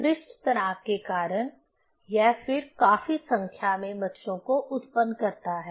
पृष्ठ तनाव के कारण यह फिर काफी संख्या में मच्छरों को उत्पन्न करता है